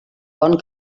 bon